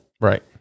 Right